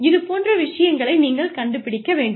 இது போன்ற விஷயங்களை நீங்கள் கண்டுபிடிக்க வேண்டும்